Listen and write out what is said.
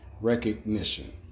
Recognition